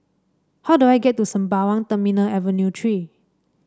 how do I get to Sembawang Terminal Avenue Three